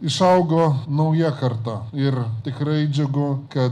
išaugo nauja karta ir tikrai džiugu kad